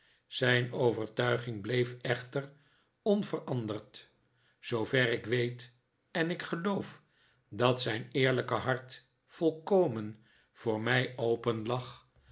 zijn overtuiging bleef echter onveranderd zoover ik weet en ik geloof dat zijn eerlijke hart volkomen voor mij openlag